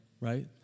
right